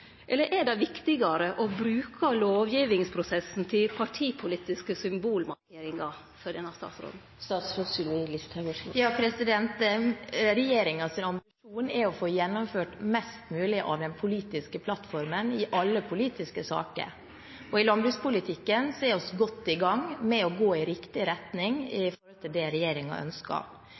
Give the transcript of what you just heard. Eller er det viktigare for denne statsråden å bruke lovgivingsprosessen til partipolitiske symbolmarkeringar? Regjeringens ambisjon er å få gjennomført mest mulig av den politiske plattformen i alle politiske saker, og i landbrukspolitikken er vi godt i gang med å gå i riktig retning med hensyn til det regjeringen ønsker.